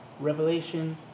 Revelation